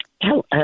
Hello